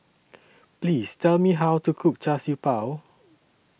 Please Tell Me How to Cook Char Siew Bao